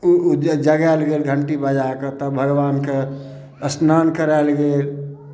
जगाएल गेल घंटी बजाए कऽ तब भगबानके स्नान कराएल गेल